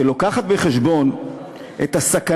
שמובאת בה בחשבון הסכנה,